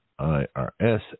IRS